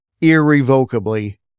irrevocably